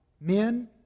men